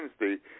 Wednesday